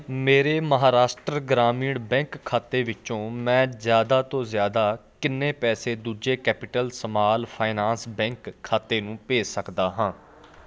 ਮੇਰੇ ਮਹਾਰਾਸ਼ਟਰ ਗ੍ਰਾਮੀਣ ਬੈਂਕ ਖਾਤੇ ਵਿੱਚੋ ਮੈਂ ਜ਼ਿਆਦਾ ਤੋਂ ਜ਼ਿਆਦਾ ਕਿੰਨੇ ਪੈਸੇ ਦੂਜੇ ਕੈਪੀਟਲ ਸਮਾਲ ਫਾਈਨਾਂਸ ਬੈਂਕ ਖਾਤੇ ਨੂੰ ਭੇਜ ਸਕਦਾ ਹਾਂ